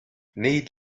neid